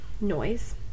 noise